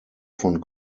von